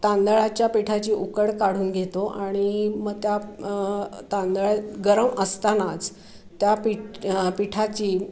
तांदळाच्या पिठाची उकड काढून घेतो आणि म त्या तांदळात गरम असतानाच त्या पीठ पिठाची